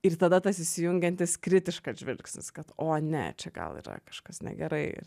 ir tada tas įsijungiantis kritiškas žvilgsnis kad o ne čia gal yra kažkas negerai